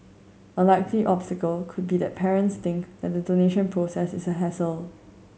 a likely obstacle could be that parents think that the donation process is a hassle